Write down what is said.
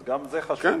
אז גם זה חשוב,